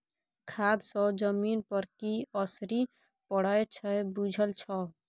खाद सँ जमीन पर की असरि पड़य छै बुझल छौ